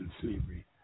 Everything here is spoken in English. slavery